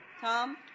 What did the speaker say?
Tom